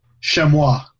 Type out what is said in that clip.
Chamois